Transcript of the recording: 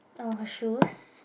uh shoes